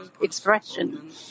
expression